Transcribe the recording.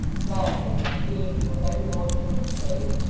flashing and gleaming with every motion of the blaze,